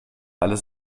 alles